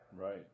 Right